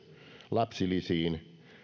lapsilisiin